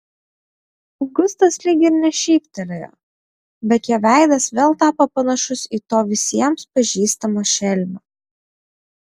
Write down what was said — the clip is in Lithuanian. gustas lyg ir nešyptelėjo bet jo veidas vėl tapo panašus į to visiems pažįstamo šelmio